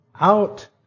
out